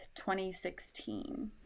2016